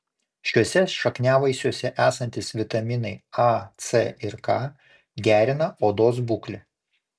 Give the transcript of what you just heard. šiuose šakniavaisiuose esantys vitaminai a c ir k gerina odos būklę